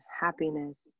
happiness